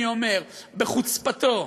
אני אומר: בחוצפתו,